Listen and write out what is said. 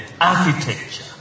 architecture